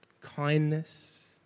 kindness